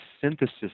synthesis